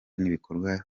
n’ibikorwa